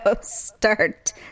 start